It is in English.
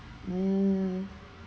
mm